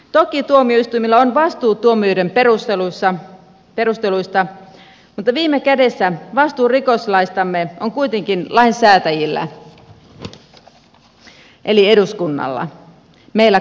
toki tuomioistuimilla on vastuu tuomioiden perusteluista mutta viime kädessä vastuu rikoslaistamme on kuitenkin lainsäätäjillä eli eduskunnalla meillä kansanedustajilla